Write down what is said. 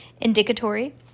Indicatory